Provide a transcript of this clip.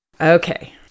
Okay